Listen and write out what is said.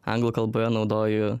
anglų kalboje naudoju